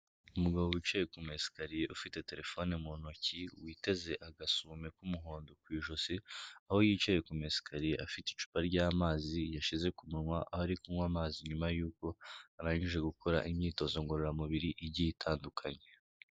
Umugabo wicaye ku ma esikariye, ufite terefone mu ntoki, witeze agasume k'umuhondo ku ijosi, aho yicaye ku ma esakariye, afite icupa ry'amazi yashize ku munwa, aho ari kunywa amazi nyuma y'uko arangije gukora imyitozo ngororamubiri igiye itandukanye.